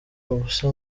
ubusa